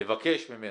לבקש ממנו,